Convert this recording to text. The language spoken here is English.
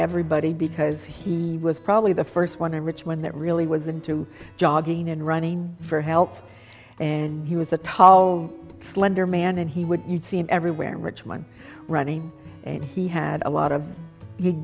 everybody because he was probably the first one in richmond that really was into jogging and running for help and he was a tall slender man and he would you see everywhere in richmond running he had a lot of